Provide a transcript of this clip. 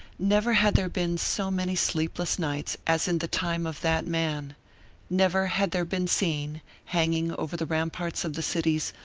never had there been so many sleepless nights as in the time of that man never had there been seen, hanging over the ramparts of the cities,